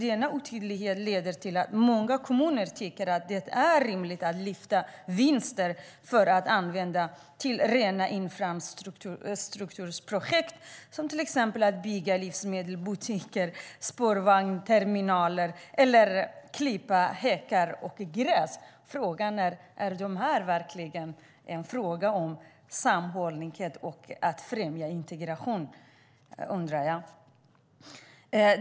Denna otydlighet leder till att många kommuner tycker att det är rimligt att lyfta vinster för att använda pengarna till rena infrastrukturprojekt, som att bygga livsmedelsbutiker eller spårvägsterminaler eller klippa häckar och gräs. Är det då verkligen fråga om social sammanhållning och att främja integration?